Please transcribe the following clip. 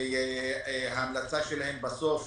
המלצתם בסוף,